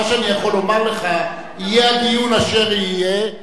מה שאני יכול לומר לך זה שיהיה הדיון אשר יהיה,